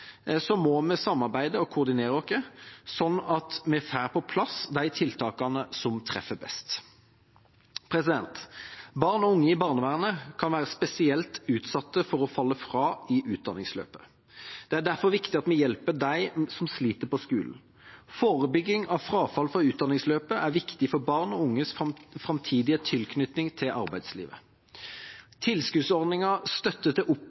må vi samarbeide og koordinere oss, sånn at vi får på plass de tiltakene som treffer best. Barn og unge i barnevernet kan være spesielt utsatte for å falle fra i utdanningsløpet. Det er derfor viktig at vi hjelper dem som sliter på skolen. Forebygging av frafall fra utdanningsløpet er viktig for barn og unges framtidige tilknytning til arbeidslivet. Tilskuddsordningen Støtte til